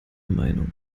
meinung